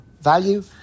value